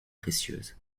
précieuse